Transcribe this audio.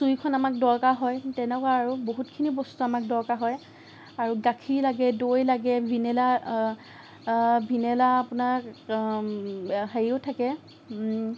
চুৰিখন আমাক দৰকাৰ হয় তেনেকুৱা আৰু বহুতখিনি বস্তু আমাক দৰকাৰ হয় আৰু গাখীৰ লাগে দৈ লাগে ভেনিলা ভিনেলা আপোনাৰ হেৰিও থাকে